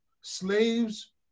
Slaves